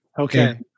Okay